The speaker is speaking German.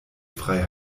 frei